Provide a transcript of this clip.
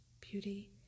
beauty